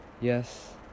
yes